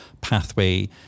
pathway